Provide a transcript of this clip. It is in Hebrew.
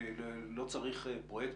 שלא צריך פרויקטור,